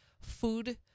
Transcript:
food